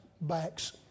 Backs